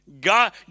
god